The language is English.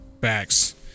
Facts